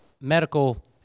medical